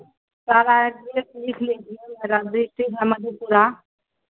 सारा ऐड्रेस लिख लीजिए डिस्ट्रिक्ट है मधेपुरा